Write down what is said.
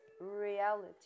reality